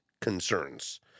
concerns